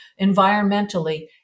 environmentally